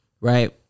right